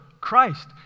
Christ